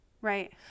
Right